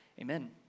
amen